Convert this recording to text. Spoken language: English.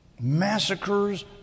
massacres